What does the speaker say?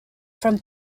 from